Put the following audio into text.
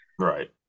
Right